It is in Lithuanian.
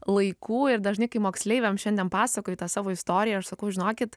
laikų ir dažnai kai moksleiviams šiandien pasakoju tą savo istoriją aš sakau žinokit